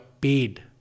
paid